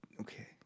Okay